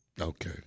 Okay